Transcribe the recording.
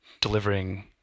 delivering